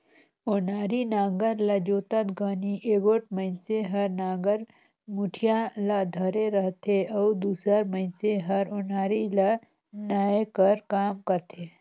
ओनारी नांगर ल जोतत घनी एगोट मइनसे हर नागर मुठिया ल धरे रहथे अउ दूसर मइनसे हर ओन्हारी ल नाए कर काम करथे